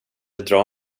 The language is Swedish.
dra